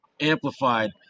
amplified